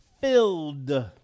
filled